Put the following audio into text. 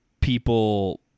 people